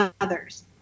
others